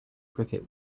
cricket